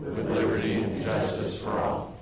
liberty and justice for all.